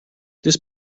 this